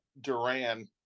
duran